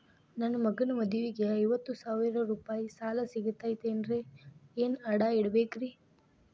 ನನ್ನ ಮಗನ ಮದುವಿಗೆ ಐವತ್ತು ಸಾವಿರ ರೂಪಾಯಿ ಸಾಲ ಸಿಗತೈತೇನ್ರೇ ಏನ್ ಅಡ ಇಡಬೇಕ್ರಿ?